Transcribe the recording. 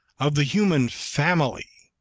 of the human family,